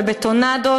בבטונדות,